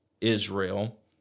Israel